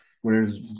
Whereas